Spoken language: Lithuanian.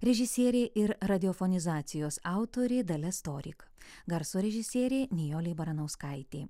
režisierė ir radiofonizacijos autorė dalia storyk garso režisierė nijolė baranauskaitė